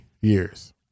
years